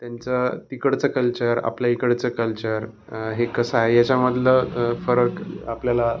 त्यांचं तिकडचं कल्चर आपलं इकडचं कल्चर हे कसं आहे याच्यामधलं फरक आपल्याला